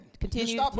continue